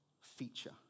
feature